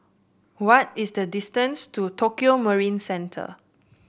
what is the distance to Tokio Marine Center